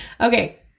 Okay